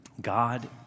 God